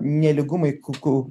nelygumai kukru